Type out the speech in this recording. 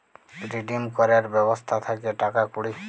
redeem ক্যরের ব্যবস্থা থাক্যে টাকা কুড়ি